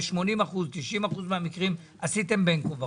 ב-80%-90% מהמקרים עשיתם בין כה וכה.